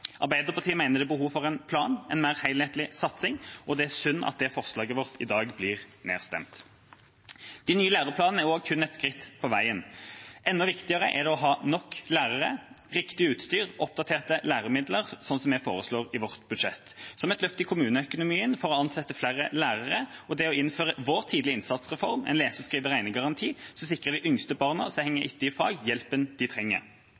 Arbeiderpartiet mener det er behov for en plan, en mer helhetlig satsing, og det er synd at det forslaget vårt i dag blir nedstemt. De nye læreplanene er også kun et skritt på veien. Enda viktigere er det å ha nok lærere, riktig utstyr og oppdaterte læremidler, sånn som vi foreslår i vårt budsjett – som et løft i kommuneøkonomien for å ansette flere lærere og det å innføre vår tidlig innsats-reform, en lese-, skrive-, og regnegaranti som sikrer de yngste barna som henger etter i fag, hjelpen de trenger.